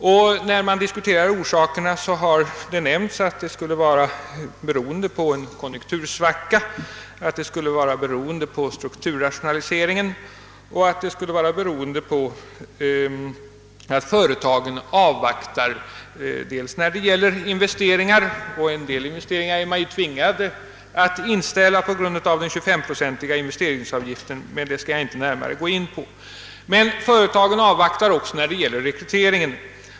I diskussionen om orsakerna har man nämnt att den skulle bero på en konjunktursvacka, på strukturrationaliseringen och på att företagen avvaktar dels när det gäller investeringar — vissa investeringar är de tvingade att inställa på grund av den 25-procentiga investeringsavgiften, men detta förhållande skall jag inte närmare gå in på — dels när det gäller rekrytering.